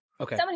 okay